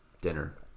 Dinner